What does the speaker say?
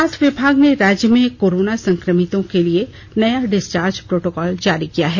स्वास्थय विभाग ने राज्य में कोरोना संक्रमितों के लिए नया डिस्चार्ज प्रोटोकॉल जारी किया है